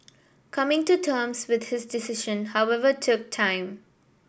coming to terms with his decision however took time